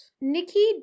Nikki